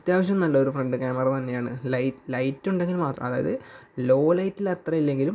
അത്യാവശ്യം നല്ലൊരു front camera തന്നെയാണ് ലൈ ലൈറ്റ് ഉണ്ടെങ്കിൽ മാത്രം അതായത് ലോ ലൈറ്റിൽ അത്രയില്ലെങ്കിലും